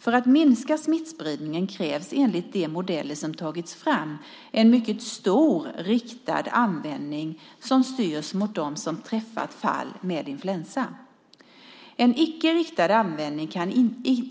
För att minska smittspridningen krävs enligt de modeller som tagits fram en mycket stor riktad användning som styrs mot dem som träffat fall med influensa. En icke riktad användning kan